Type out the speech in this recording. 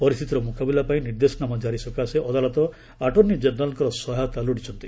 ପରିସ୍ଥିତିର ମୁକାବିଲା ପାଇଁ ନିର୍ଦ୍ଦେଶନାମା ଜାରି ସକାଶେ ଅଦାଲତ ଆଟର୍ଣ୍ଣି କେନେରାଲ୍ଙ୍କର ସହାୟତା ଲୋଡ଼ିଛନ୍ତି